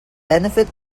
benefit